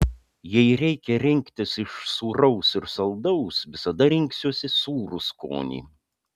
jei reikia rinktis iš sūraus ir saldaus visada rinksiuosi sūrų skonį